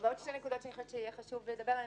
יש עוד שתי נקודות שחשוב יהיה לדבר עליהן: